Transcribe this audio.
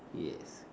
yes